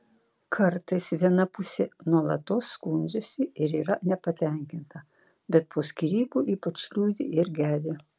kartais viena pusė nuolatos skundžiasi ir yra nepatenkinta bet po skyrybų ypač liūdi ir gedi